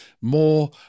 more